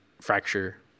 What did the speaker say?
fracture